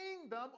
kingdom